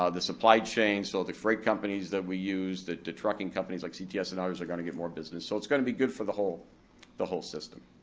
ah the supply chains, so the freight companies that we use, the the trucking companies like so yeah cts and others are gonna get more business, so it's gonna be good for the whole the whole system.